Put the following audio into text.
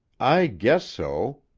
i guess so.